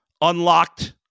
unlocked